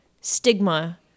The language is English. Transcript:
stigma